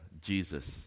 Jesus